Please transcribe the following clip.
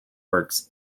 works